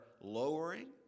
lowering